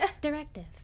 Directive